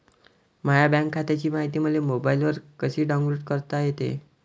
माह्या बँक खात्याची मायती मले मोबाईलवर कसी डाऊनलोड करता येते?